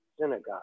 synagogue